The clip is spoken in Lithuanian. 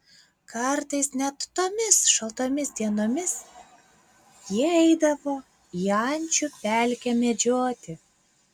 kartais net tomis šaltomis dienomis jie eidavo į ančių pelkę medžioti